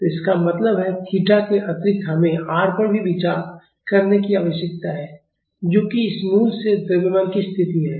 तो इसका मतलब है थीटा के अतिरिक्त हमें r पर भी विचार करने की आवश्यकता है जो कि इस मूल से द्रव्यमान की स्थिति है